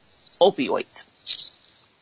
opioids